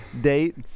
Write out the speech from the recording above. date